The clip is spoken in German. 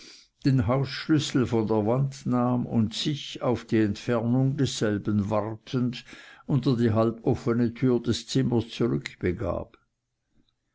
den hausschlüssel von der wand nahm und sich auf die entfernung desselben wartend unter die halboffene tür des zimmers